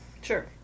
Sure